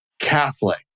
Catholic